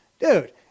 dude